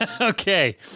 okay